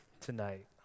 tonight